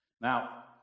Now